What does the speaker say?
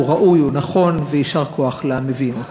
הוא ראוי, הוא נכון, ויישר כוח למביאים אותו.